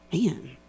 Man